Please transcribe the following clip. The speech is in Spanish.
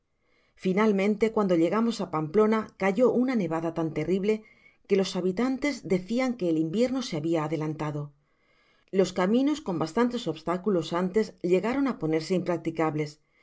finalmente cuando llegamos á pamplona cayó una nevada tan terrible que los habitantes decian que el invierno se habia adelantado los caminos con bastantes obstáculos antes llegaron á ponerse impracticables